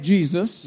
Jesus